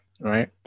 Right